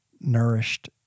nourished